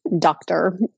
doctor